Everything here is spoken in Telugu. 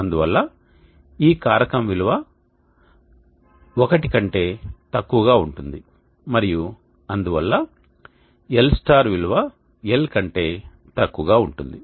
అందువల్ల ఈ కారకం విలువ 1 కంటే తక్కువగా ఉంటుంది మరియు అందువల్ల l విలువ l కంటే తక్కువగా ఉంటుంది